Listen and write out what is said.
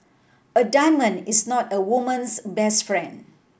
a diamond is not a woman's best friend